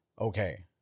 okay